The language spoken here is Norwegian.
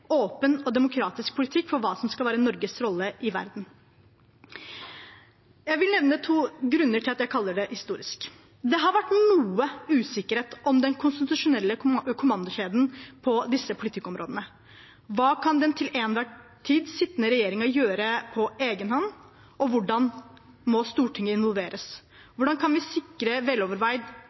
åpen og demokratisk politikk for hva som skal være Norges rolle i verden. Jeg vil nevne to grunner til at jeg kaller det historisk: Det har vært noe usikkerhet om den konstitusjonelle kommandokjeden på disse politikkområdene. Hva kan den til enhver tid sittende regjering gjøre på egen hånd, og hvordan må Stortinget involveres? Hvordan kan vi sikre veloverveid